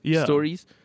stories